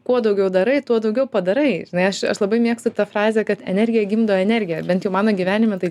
kuo daugiau darai tuo daugiau padarai žinai aš labai mėgstu tą frazę kad energija gimdo energiją bent jau mano gyvenime tai